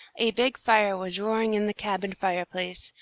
a big fire was roaring in the cabin fireplace,